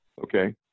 okay